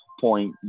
point